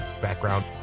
background